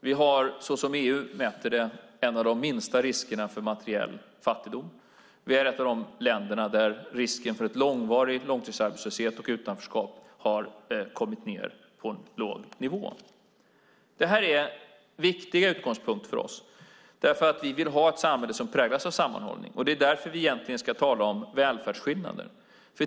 Vi har, såsom EU mäter det, en av de minsta riskerna för materiell fattigdom. Vi är ett av de länder där risken för långvarig arbetslöshet och utanförskap har kommit ned på en låg nivå. Det här är viktiga utgångspunkter för oss, därför att vi vill ha ett samhälle som präglas av sammanhållning. Det är därför som vi egentligen ska tala om välfärdsskillnader.